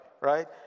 right